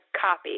copy